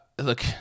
Look